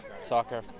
Soccer